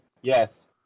yes